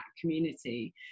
community